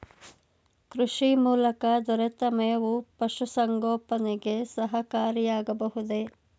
ಕೃಷಿ ಮೂಲಕ ದೊರೆತ ಮೇವು ಪಶುಸಂಗೋಪನೆಗೆ ಸಹಕಾರಿಯಾಗಬಹುದೇ?